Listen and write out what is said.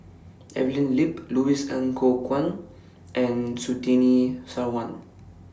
Evelyn Lip Louis Ng Kok Kwang and Surtini Sarwan